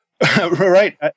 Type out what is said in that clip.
Right